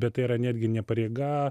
bet tai yra netgi ne pareiga